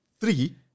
three